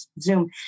Zoom